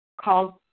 called